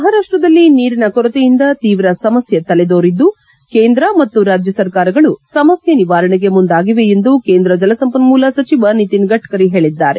ಮಹಾರಾಷ್ಷದಲ್ಲಿ ನೀರಿನ ಕೊರತೆಯಿಂದ ತೀವ್ರ ಸಮಸ್ಯೆ ತಲೆದೋರಿದ್ದು ಕೇಂದ್ರ ಮತ್ತು ರಾಜ್ಯ ಸರ್ಕಾರಗಳು ಸಮಸ್ಯೆ ನಿವಾರಣೆಗೆ ಮುಂದಾಗಿವೆ ಎಂದು ಕೇಂದ್ರ ಜಲ ಸಂಪನ್ನೂಲ ಸಚಿವ ನಿತಿನ್ ಗಡ್ಡರಿ ಹೇಳಿದ್ದಾರೆ